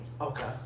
okay